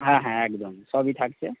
হ্যাঁ হ্যাঁ একদম সবই থাকছে